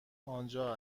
آنجا